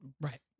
Right